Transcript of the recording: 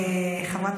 יש הרבה חברות